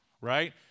right